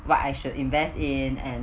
what I should invest in and